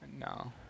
No